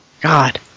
God